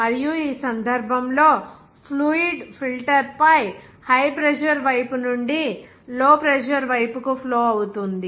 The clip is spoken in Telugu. మరియు ఈ సందర్భంలో ఫ్లూయిడ్ ఫిల్టర్ పై హై ప్రెజర్ వైపు నుండి లో ప్రెజర్ వైపు కు ఫ్లో అవుతుంది